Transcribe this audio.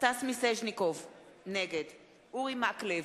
סטס מיסז'ניקוב, נגד אורי מקלב,